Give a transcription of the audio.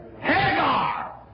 Hagar